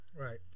Right